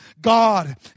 God